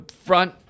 front